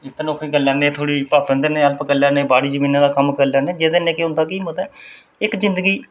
नौकरी करी लैन्ने थोह्ड़ी भापा हुंदे नै हैल्प करी लैन्ने बाड़ी जमीनां दा कम्म करी लैन्ने जेह्दे नै केह् होंदा कि मतलब इक जिंदगी